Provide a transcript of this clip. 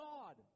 God